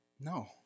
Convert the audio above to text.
No